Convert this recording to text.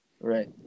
Right